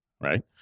right